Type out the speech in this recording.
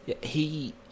He-